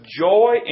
joy